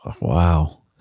Wow